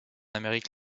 amérique